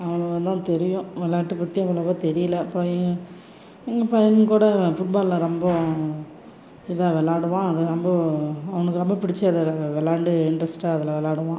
அவ்வளவு தான் தெரியும் விளாட்ட பற்றி அவ்வளவாக தெரியலை பை எங்கள் பையனுக்கு கூட ஃபுட்பால்ல ரொம்ப இதாக விளாடுவான் அது ரொம்ப அவனுக்கு ரொம்ப பிடிச்சி அதில் விளாண்டு இன்ட்ரெஸ்ட்டாக அதில் விளாடுவான்